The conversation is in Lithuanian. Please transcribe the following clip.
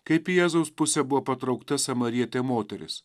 kaip į jėzaus pusė buvo patraukta samarietė moteris